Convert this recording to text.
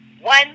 one